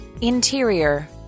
Interior